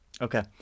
Okay